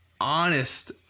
honest